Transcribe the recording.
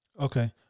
Okay